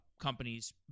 companies